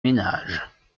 ménage